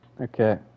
Okay